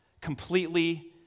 completely